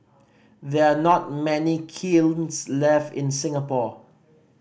there are not many kilns left in Singapore